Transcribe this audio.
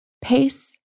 Pace